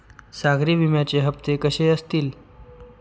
सागरी विम्याचे हप्ते कसे असतील?